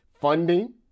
funding